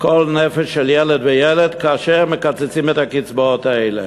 נפש של כל ילד וילד כאשר מקצצים את הקצבאות האלה.